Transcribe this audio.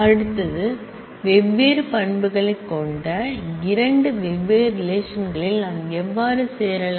அடுத்தது வெவ்வேறு பண்புகளைக் கொண்ட இரண்டு வெவ்வேறு ரிலேஷன் களில் நாம் எவ்வாறு சேரலாம்